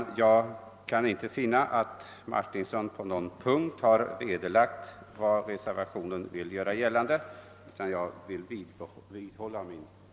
Jag kan inte finna, herr talman, att herr Martinsson på någon punkt har vederlagt vad reservanterna har gjort gällande och vidhåller därför mitt yrkande om bifall till reservationen.